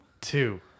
Two